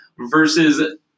versus